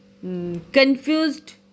confused